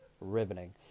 Riveting